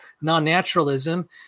non-naturalism